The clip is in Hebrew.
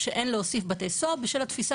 שאין להוסיף בתי סוהר בשל התפיסה